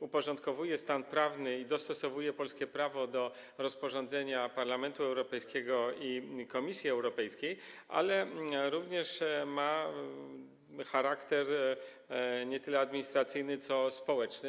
uporządkowuje stan prawny i dostosowuje polskie prawo do rozporządzenia Parlamentu Europejskiego i Komisji Europejskiej, ale również ma charakter nie tyle administracyjny, co społeczny.